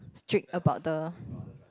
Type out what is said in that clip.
strict about the